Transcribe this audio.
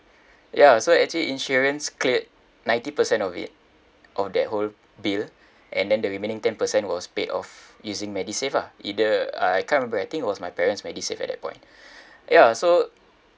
ya so actually insurance cleared ninety percent of it of that whole bill and then the remaining ten percent was paid off using MediSave ah either I can't remember I think was my parents MediSave at that point ya so